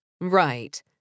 Right